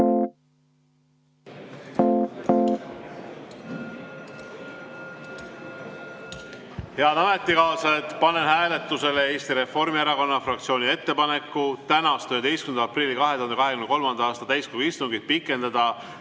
Head ametikaaslased, panen hääletusele Eesti Reformierakonna fraktsiooni ettepaneku tänast, 11. aprilli 2023. aasta täiskogu istungit pikendada